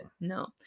No